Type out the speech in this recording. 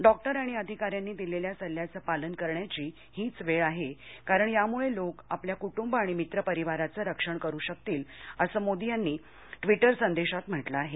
doctor आणि अधिकाऱ्यांनी दिलेल्या सल्ल्याचं पालन करण्याची हीच वेळ आहे कारण यामूळे लोक आपल्या कुटुंब आणि मित्र परिवाराचं रक्षण करु शकतील असं मोदी यांनी ट्विटर संदेशात म्हटलं आहे